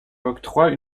octroie